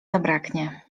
zbraknie